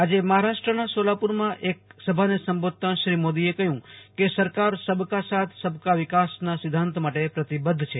આજે મહારાષ્ટ્રના સોલાપુરમાં એક સભાને સંબોધતાં શ્રી મોદીએ કહ્યું કે સરકાર સબકા સાથ સબકા વિકાસના સિદ્ધાંત માટે પ્રતિબદ્ધ છે